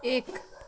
एक